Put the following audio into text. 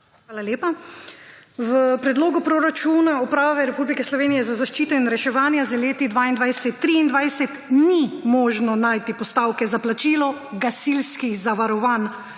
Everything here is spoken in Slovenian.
Hvala lepa. V predlogu proračuna Uprave Republike Slovenije za zaščito in reševanje za leti 2022, 2023 ni možno najti postavke za plačilo gasilskih zavarovanj,